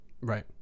Right